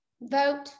Vote